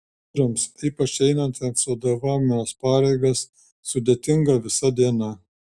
vyrams ypač einantiems vadovaujamas pareigas sudėtinga visa diena